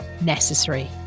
necessary